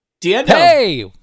hey